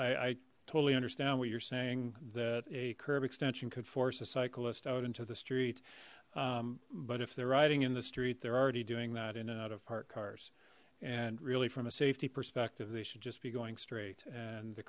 curb i totally understand what you're saying that a curb extension could force a cyclist out into the street but if they're riding in the street they're already doing that in and out of parked cars and really from a safety perspective they should just be going straight and the